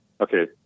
okay